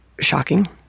shocking